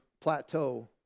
plateau